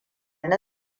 na